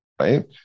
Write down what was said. right